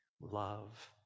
love